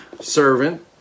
servant